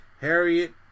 Harriet